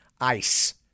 ice